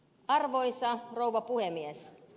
arvoisa rouva puhemies